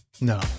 no